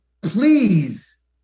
please